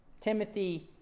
Timothy